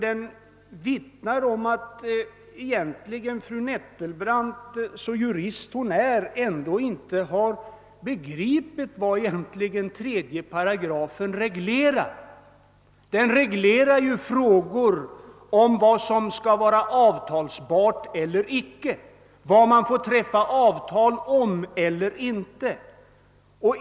Den vittnar om att fru Nettelbrandt, så jurist hon är, ändå inte har begripit vad 3 § egentligen reglerar. Den reglerar ju frågan om vad man får träffa avtal om eller icke.